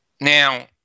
now